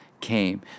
came